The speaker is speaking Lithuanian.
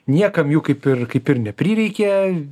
niekam jų kaip ir kaip ir neprireikė